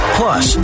plus